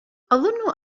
أظن